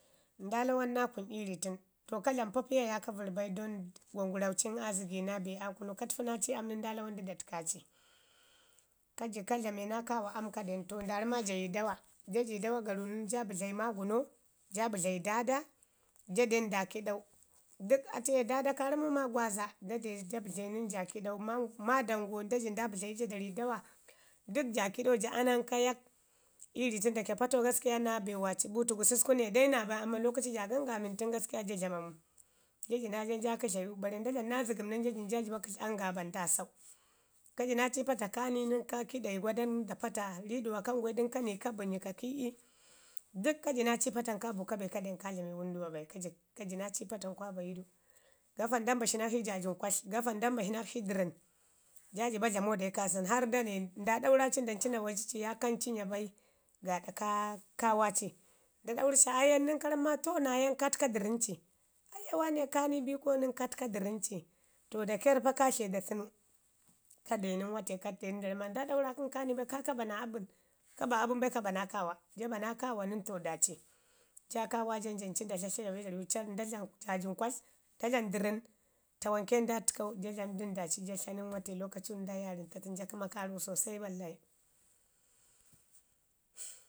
Nda lawan naa kun iiri tən, to ka dlamu papiyo yaye ka vəri bai dan gwanguraucin aa zəgi naa be aakunu, ka təfu naa ci am nən nda lawan du da təka ci. Ka ji ka dlame naa kaawa am ka den to nda ramo ma jayi dawa, ja ji dawa ganu nən ja bədlayi maaguno, ja bədlayi dada, ja den nda kiɗau, dək atu ye dada ka ramo ma gwaza nda de ja bədle nən ja kiɗau, maadango nda jin nda bədle ja da zi dawa dək jo kiɗau, ja aman kayak iiri tən dake patau gaskiya naa be waaci buutu, gususku ne dai naa bai ammaan lakwtu ja gangamin tən gas kiya ja dlamamu. Ja ji naa jan ja hətlayu, zare nda dlamu naa zəgəm nən, ja jin ja jiba kət angaaba nda sau. Kaji naaci pata kani nən ko kiɗayi gwadamu da pata, riduwo ka ngwe du nən kani ka bənyi ka kii. ɗak kaji naa ci patan kao buuka be ka dlame wənduwa bai ka ji kaji naa ci patan ka bayi du Gafan nda mbasu nakshi jaajin kwati, gafa nda mbasu nakshi dərən, ja jiba dlamo dai kaasən hana nda ni nda ɗawa ci nda ci nda wanyi ci ya nya bai gaaɗa kaa kaawa ci nda dauri ci ayam nən ka namu ma "to naa ya" ka təka dərən ci. "Aiya waane kaa ni bi ko". ka təka dərən ci. To dakerr ka rle da sunu. Ka deu nən wate ka dan nda nami ma "nda ɗawa kən kaa ni bai kaa ka ba naa abən. ka ba abən bai ka ba na kaawa. Ja ba na kaawa to daaci, ja kaawa ja nən janci nda tlatta ja bai da dlamu jaajin kwatl, ja dlamu dərən, tawanke nda təkau ja dlamu dən daaci ja tla nən mate lokacu ja yaarin ta tən ja kəma karak sosai wallai.